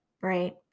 right